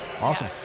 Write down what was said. Awesome